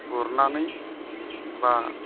गुरनानै बा